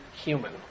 human